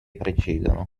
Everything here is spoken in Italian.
precedono